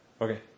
Okay